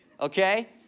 okay